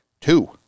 Two